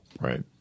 Right